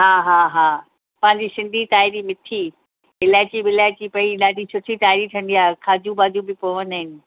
हा हा हा पंहिंजी सिंधी ताईरी मिठी इलायची विलायची पई ॾाढी सुठी ताईरी ठहंदी आहे काजू वाजू बि पवंदा आहिनि